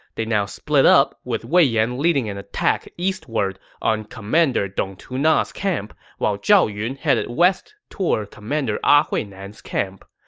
they now split up, with wei yan leading an attack eastward on commander dong tuna's camp, while zhao yun headed west toward commander a ah huinan's camp.